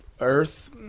earth